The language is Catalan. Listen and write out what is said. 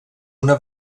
una